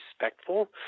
respectful